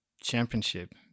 championship